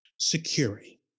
Security